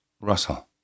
Russell